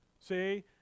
See